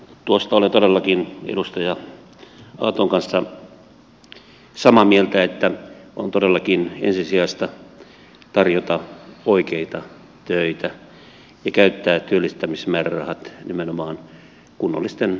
tuosta olen todellakin edustaja auton kanssa samaa mieltä että on todellakin ensisijaista tarjota oikeita töitä ja käyttää työllistämismäärärahat nimenomaan kunnollisten työsuhteiden solmimiseen